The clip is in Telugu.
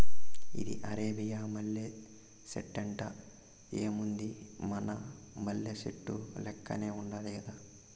ఇది అరేబియా మల్లె సెట్టంట, ఏముంది మన మల్లె సెట్టు లెక్కనే ఉండాది గదా